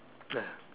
ya